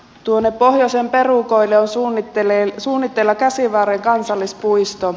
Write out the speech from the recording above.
tuonne pohjoisen perukoille on suunnitteilla käsivarren kansallispuisto